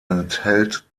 enthält